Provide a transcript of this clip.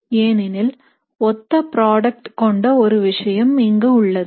ஏனெனில் ஒத்த ப்ராடக்ட் கொண்ட ஒரு விஷயம் இங்கு உள்ளது